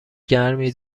گرمی